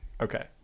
Okay